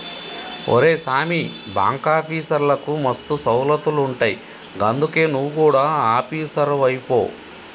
ఒరే సామీ, బాంకాఫీసర్లకు మస్తు సౌలతులుంటయ్ గందుకే నువు గుడ ఆపీసరువైపో